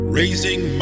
raising